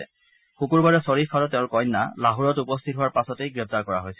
যোৱা শুকুৰবাৰে শ্বৰীফ আৰু তেওঁৰ কন্যা লাহোৰত উপস্থিত হোৱাৰ পাছতেই গ্ৰেপ্তাৰ কৰা হৈছিল